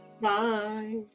Bye